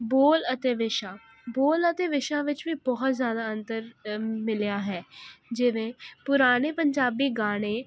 ਬੋਲ ਅਤੇ ਵਿਸ਼ਾ ਬੋਲ ਅਤੇ ਵਿਸ਼ਾ ਵਿੱਚ ਵੀ ਬਹੁਤ ਜ਼ਿਆਦਾ ਅੰਤਰ ਮਿਲਿਆ ਹੈ ਜਿਵੇਂ ਪੁਰਾਨੇ ਪੰਜਾਬੀ ਗਾਨੇ